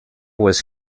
was